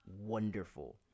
wonderful